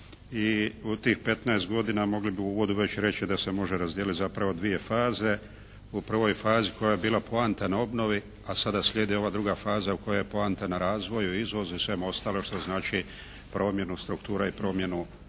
i u tih 15 godina mogli bi u uvodu već reći da se može razdijeliti u zapravo dvije faze. U prvoj fazi koja je bila poanta na obnovi, a sada slijedi ova druga faza u kojoj je poanta na razvoju, izvozu i svemu ostalom što znači promjenu struktura i promjenu i ciljeva